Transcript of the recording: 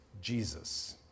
Jesus